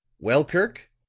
well, kirk,